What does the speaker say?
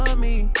me?